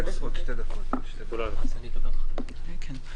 גם אני כולנו.